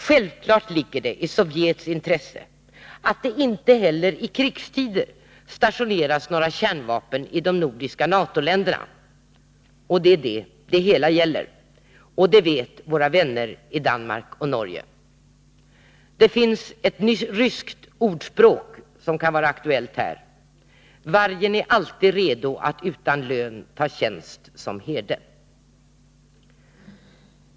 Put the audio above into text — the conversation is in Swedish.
Självfallet ligger det i Sovjets intresse att det inte heller i krigstider stationeras några kärnvapen i de nordiska NATO-länderna — det är det det hela gäller. Och det vet våra vänner i Danmark och Norge. Det finns ett ryskt ordspråk som kan vara aktuellt: Vargen är alltid redo att utan lön ta tjänst som herde.